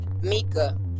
Mika